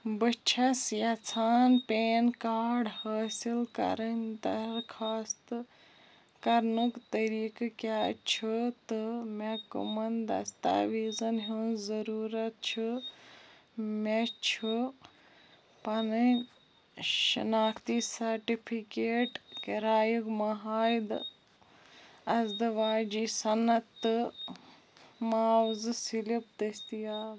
بہٕ چھیٚس یژھان پین کارڈ حٲصل کرٕنۍ درخوٛاست کرنُک طریقہٕ کیٛاہ چھُ تہٕ مےٚ کٕمن دستاویزن ہنٛز ضروٗرت چھِ مےٚ چھِ پنٕنۍ شناختی سرٹیفکیٹ کراییُک معاہدہ ازدواجی سنَد تہٕ معاوضہٕ سِلپ دستیاب